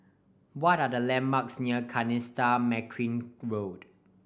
what are the landmarks near Kanisha Marican Road